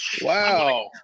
Wow